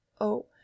Oh